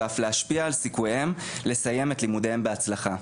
ואף להשפיע על סיכוייהם לסיים את לימודיהם בהצלחה.